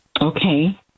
Okay